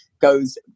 goes